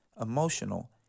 emotional